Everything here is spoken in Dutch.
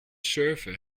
surfen